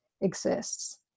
exists